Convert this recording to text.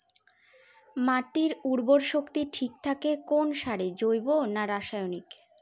মাটির উর্বর শক্তি ঠিক থাকে কোন সারে জৈব না রাসায়নিক?